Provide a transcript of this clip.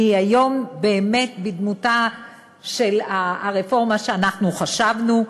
והיא היום באמת בדמותה של הרפורמה שאנחנו חשבנו עליה,